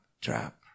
trap